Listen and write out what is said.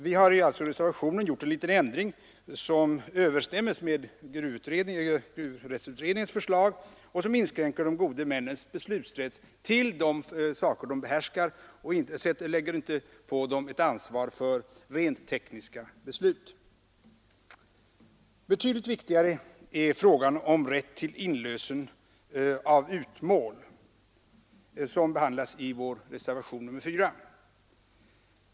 Vi har i reservationen gjort en liten förändring av lagtexten i överensstämmelse med gruvrättsutredningens förslag, en ändring som inskränker de gode männens beslutsrätt till de saker som de behärskar och inte lägger på dem ett ansvar för rent tekniska beslut. Betydligt viktigare är frågan om rätt till inlösen av utmål, vilken behandlas i vår reservation 4.